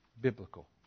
biblical